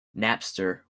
napster